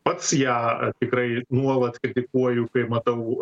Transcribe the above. pats ją tikrai nuolat kritikuoju kai matau